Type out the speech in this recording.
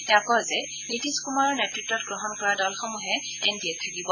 তেওঁ কয় যে নীতিশ কুমাৰৰ নেতৃত্ব গ্ৰহণ কৰা দলসমূহে এন ডি এত থাকিব